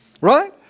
Right